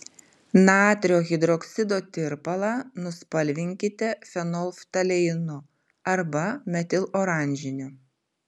natrio hidroksido tirpalą nuspalvinkite fenolftaleinu arba metiloranžiniu